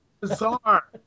bizarre